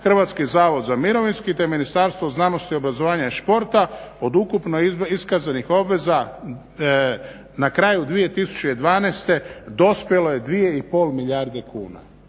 Hrvatski zavod za mirovinski te Ministarstvo znanosti, obrazovanja i športa od ukupnog iskazanih obveza na kraju 2012. dospjelo je 2,5 milijarde kuna.